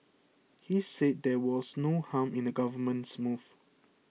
he said there was no harm in the Government's move